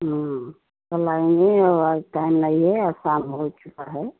कल आएँगे वो आज टाइम नहीं है और शाम हो चुका है